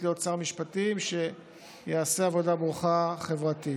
להיות שר משפטים שיעשה עבודה ברוכה חברתית.